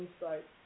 insight